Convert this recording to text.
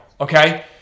Okay